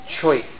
choice